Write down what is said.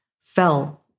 fell